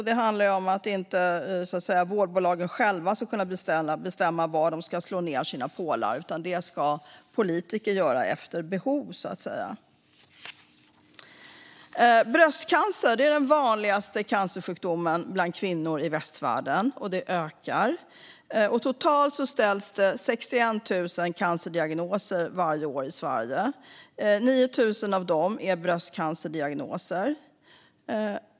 Det handlar om att inte vårdbolagen själva ska kunna bestämma var de ska slå ned sina pålar, utan det ska politiker göra utifrån behov, så att säga. Bröstcancer är den vanligaste cancersjukdomen bland kvinnor i västvärlden, och den ökar. Totalt ställs det 61 000 cancerdiagnoser varje år i Sverige. 9 000 av dem är bröstcancerdiagnoser.